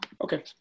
Okay